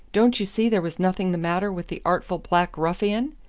don't you see there was nothing the matter with the artful black ruffian.